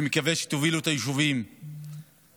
אני מקווה שתובילו את היישובים שלכם